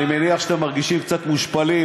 אני מניח שאתם מרגישים קצת מושפלים,